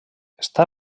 està